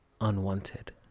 unwanted